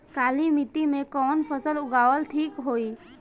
काली मिट्टी में कवन फसल उगावल ठीक होई?